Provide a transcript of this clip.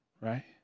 right